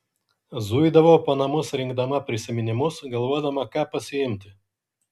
zuidavau po namus rinkdama prisiminimus galvodama ką pasiimti